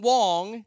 Wong